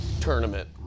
Tournament